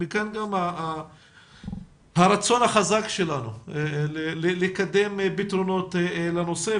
מכאן גם הרצון החזק שלנו לקדם פתרונות לנושא.